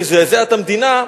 שזעזע את המדינה,